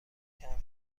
تحقیق